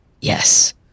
yes